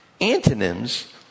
Antonyms